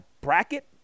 bracket